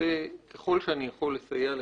רוצה ככל שאני יכול לסייע לך.